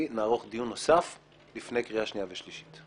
נערוך דיון נוסף לפני קריאה שנייה ושלישית.